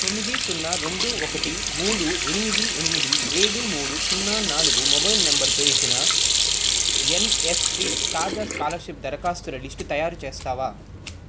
తొమ్మిది సున్నా రెండు ఒకటి మూడు ఎనిమిది ఎనిమిది ఏడు మూడు సున్నా నాలుగు మొబైల్ నంబరుతో ఇచ్చిన ఎన్ఎస్పీ తాజా స్కాలర్షిప్ దరఖాస్తుల లిస్టు తయారుచేస్తావా